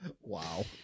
Wow